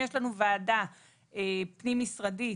יש לנו ועדה פנים משרדית